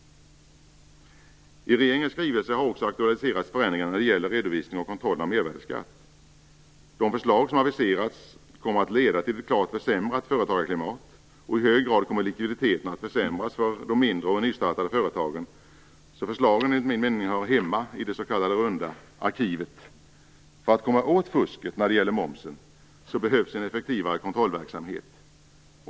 I regeringens skrivelse har också aktualiserats förändringar när det gäller redovisning och kontroll av mervärdesskatt. De förslag som aviserats kommer att leda till ett klart försämrat företagarklimat, och likviditeten kommer att i hög grad försämras för de mindre och nystartade företagen. Förslagen hör enligt min mening hemma i det s.k. runda arkivet. För att komma åt fusket när det gäller momsen behövs en effektivare kontrollverksamhet.